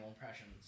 impressions